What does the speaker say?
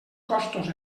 costos